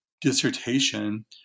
dissertation